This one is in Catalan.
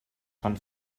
fan